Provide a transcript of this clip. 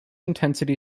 intensity